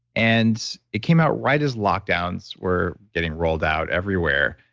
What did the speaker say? and it came out right as lockdowns were getting rolled out everywhere,